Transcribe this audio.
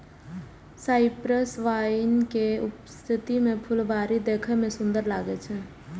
cypress vine के उपस्थिति सं फुलबाड़ी देखै मे सुंदर लागै छै